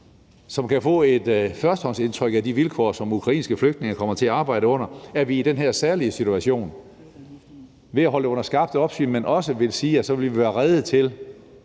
som kan få et førstehåndsindtryk af de vilkår, som ukrainske flygtninge kommer til at arbejde under. Og vi er i den her særlige situation, at vi vil holde det under skarpt opsyn, men også sige, at så vil vi være rede til